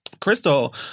Crystal